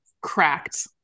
cracked